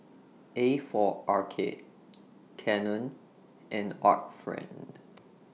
A For Arcade Canon and Art Friend